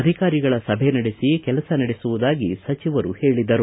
ಅಧಿಕಾರಿಗಳ ಸಭೆ ನಡೆಸಿ ಕೆಲಸ ನಡೆಸುವುದಾಗಿ ಸಚಿವರು ಹೇಳಿದರು